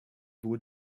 wohl